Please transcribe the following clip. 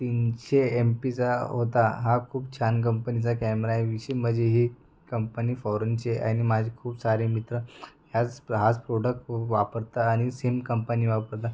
तीनशे एम पीचा होता हा खूप छान कंपनीचा कॅमरा आहे विशेष म्हणजे ही कंपनी फॉरनची आहे आणि माझे खूप सारे मित्र ह्याच हाच प्रोडक्ट वापरता आणि सेम कंपनी वापरता